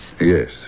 Yes